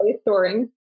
storing